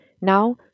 Now